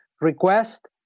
request